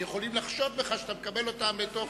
ויכולים לחשוד בך שאתה מקבל אותה מתוך,